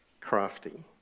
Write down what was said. crafty